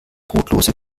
brotlose